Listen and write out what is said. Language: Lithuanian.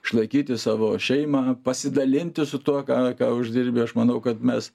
išlaikyti savo šeimą pasidalinti su tuo ką ką uždirbi aš manau kad mes